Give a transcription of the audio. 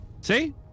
See